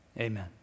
Amen